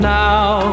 now